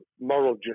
moral